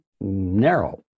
narrow